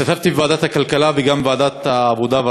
השתתפתי בישיבת ועדת הכלכלה וגם בישיבת ועדת העבודה,